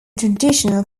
traditional